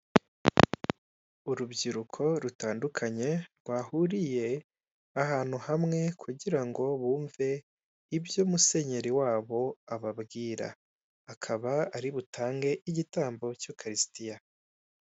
Urubyiruko rutandukanye rwahuriye ahantu hamwe kugira ngo bumve ibyo musenyeri wabo ababwira akaba ari butange igitambo cy'ukurisitiya.